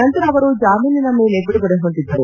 ನಂತರ ಅವರು ಜಾಮೀನಿನ ಮೇಲೆ ಬಿಡುಗಡೆ ಹೊಂದಿದ್ದರು